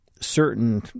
certain